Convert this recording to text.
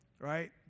right